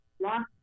lost